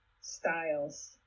styles